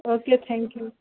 okay thank you